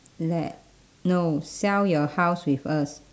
let no sell your house with us